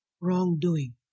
wrongdoing